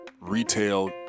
retail